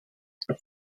seis